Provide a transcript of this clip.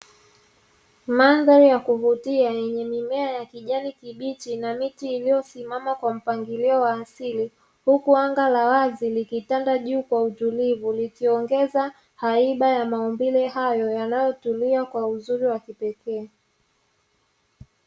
Mandhari ya kuvutia yenye mimea ya kijani kibichi na miti iliyo simama kwa mpangilio wa asili, huku anga la wazi likitanda juu kwa utulivu likiongeza haiba ya maumbile hayo yanayotulia kwa uzuri wa kipekee.